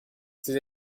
ces